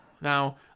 now